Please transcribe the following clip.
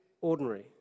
ordinary